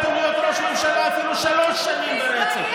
כשהצעת לבני גנץ עם שמונה מנדטים להיות ראש ממשלה אפילו שלוש שנים ברצף,